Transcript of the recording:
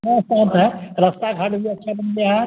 हाँ सांत है रास्ता घाट भी अच्छा बन गया है